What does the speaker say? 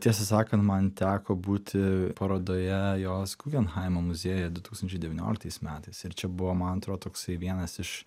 tiesą sakant man teko būti parodoje jos gugenhaimo muziejuje du tūkstančiai devynioliktais metais ir čia buvo man atrodo toksai vienas iš